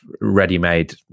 ready-made